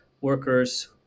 workers